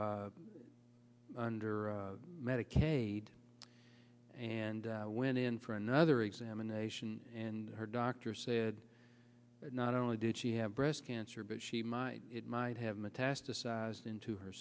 covered under medicaid and went in for another examination and her doctor said not only did she have breast cancer but she might it might have metastasized into her